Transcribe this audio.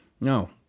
No